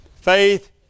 Faith